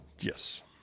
Yes